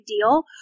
deal